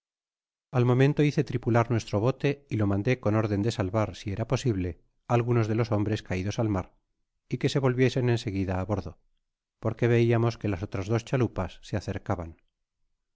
al momento hice tripular nuestro bote y fo mandé con orden de salvar si era posible algunos de los hombres caidos al mar y que se volviesen en seguida a bordo porque veíamos que las otras dos chalupas se aoer